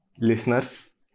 listeners